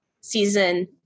season